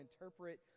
interpret